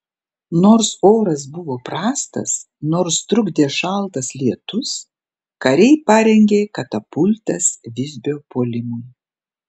nors oras buvo prastas nors trukdė šaltas lietus kariai parengė katapultas visbio puolimui